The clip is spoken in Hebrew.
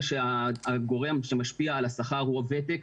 שהגורם שמשפיע על השכר הוא הוותק,